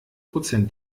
prozent